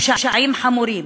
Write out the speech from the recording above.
לפשעים חמורים.